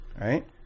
right